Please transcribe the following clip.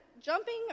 jumping